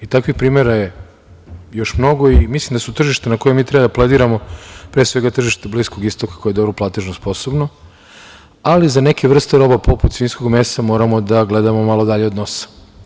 Takvih primera je još mnogo i mislim da su tržišta na koja mi treba da plediramo pre svega tržišta Bliskog Istoka koje je dobro platežno sposobno, ali za neke vrste roba, poput svinjskog mesa, moramo da gledamo malo dalje od nosa.